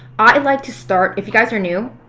i like to start, if you guys are new,